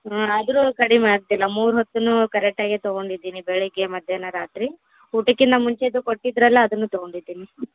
ಹ್ಞೂ ಆದರು ಕಡಿಮೆ ಆಗ್ತಾಯಿಲ್ಲ ಮೂರು ಹೊತ್ತು ಕರೆಕ್ಟಾಗೆ ತಗೊಂಡು ಇದೀನಿ ಬೆಳಗ್ಗೆ ಮಧ್ಯಾಹ್ನ ರಾತ್ರಿ ಊಟಕ್ಕಿನ್ನ ಮುಂಚೆದು ಕೊಟ್ಟಿದ್ರಲ್ಲ ಅದು ತಗೊಂಡಿದಿನಿ